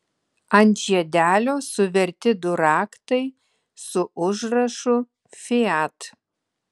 ant žiedelio suverti du raktai su užrašu fiat